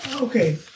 Okay